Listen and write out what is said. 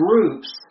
groups